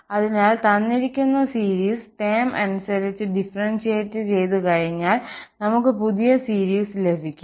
അതിനാൽ തന്നിരിക്കുന്ന series term അനുസരിച്ച് ഡിഫറന്സിയേറ്റ് കഴിഞ്ഞാൽ നമുക്ക് പുതിയ സീരീസ് ലഭിക്കും